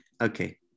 okay